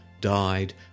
died